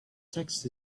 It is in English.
text